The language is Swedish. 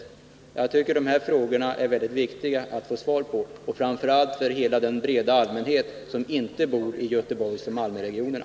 Det är mycket viktigt att få svar på dessa frågor — framför allt för den breda allmänhet som inte bor i Göteborgsoch Malmöområdena.